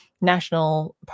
national